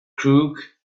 crook